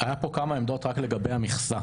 עמדות רק לגבי המכסה.